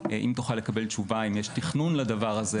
אם תוכל לקבל תשובה אם יש תכנון לדבר הזה,